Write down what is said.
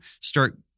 start